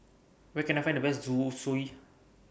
Where Can I Find The Best Zosui